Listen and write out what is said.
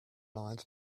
lines